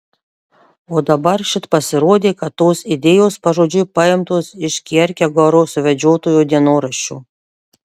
o dabar šit pasirodė kad tos idėjos pažodžiui paimtos iš kjerkegoro suvedžiotojo dienoraščio